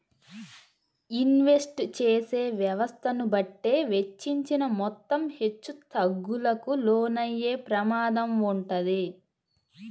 invest చేసే వ్యవస్థను బట్టే వెచ్చించిన మొత్తం హెచ్చుతగ్గులకు లోనయ్యే ప్రమాదం వుంటది